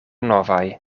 novaj